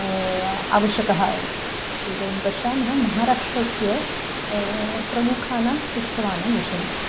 आवश्यकः एव यदि वयं पश्यामः महाराष्ट्रस्य प्रमुखानाम् उत्सवानां विषये